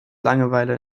langeweile